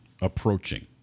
approaching